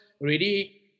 already